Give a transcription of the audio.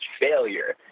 failure